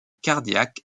cardiaque